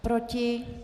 Proti?